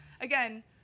again